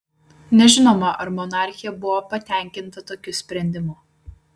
nežinoma ar monarchė buvo patenkinta tokiu sprendimu